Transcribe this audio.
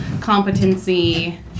competency